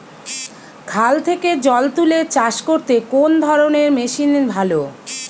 খাল থেকে জল তুলে চাষ করতে কোন ধরনের মেশিন ভালো?